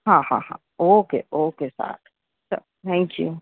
હા હા હા ઓકે ઓકે સારુ ચલો થેન્ક યૂ